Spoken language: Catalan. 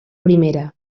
primera